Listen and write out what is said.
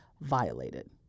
violated